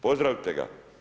Pozdravite ga.